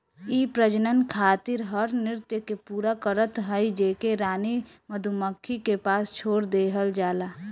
इ प्रजनन खातिर हर नृत्य के पूरा करत हई जेके रानी मधुमक्खी के पास छोड़ देहल जाला